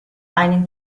einen